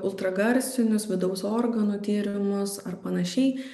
ultragarsinius vidaus organų tyrimus ar panašiai